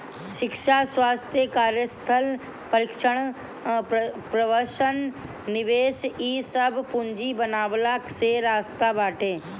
शिक्षा, स्वास्थ्य, कार्यस्थल प्रशिक्षण, प्रवसन निवेश इ सब पूंजी बनवला के रास्ता बाटे